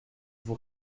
vous